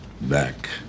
back